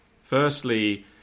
firstly